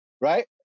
right